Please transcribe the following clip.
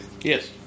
Yes